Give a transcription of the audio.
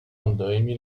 andaime